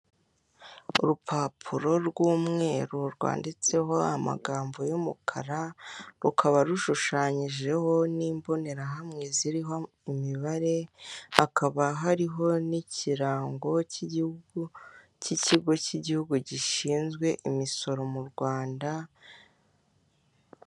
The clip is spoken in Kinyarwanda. Urupapuro rw'umweru rwanditseho amagambo y'umukara rukaba rushushanyijeho n'imbonerahamwe ziriho imibare, hakaba hariho n'ikirango cy'igihugu cy'ikigo cy'igihugu gishinzwe imisoro mu Rwanda.